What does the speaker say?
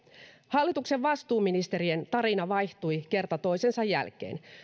hallituksen vastuuministerien tarina vaihtui kerta toisensa jälkeen